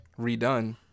redone